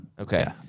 Okay